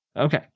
Okay